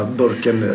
burken